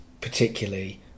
particularly